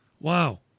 wow